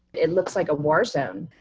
it looks like a war zone.